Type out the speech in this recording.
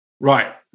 right